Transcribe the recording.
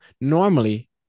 normally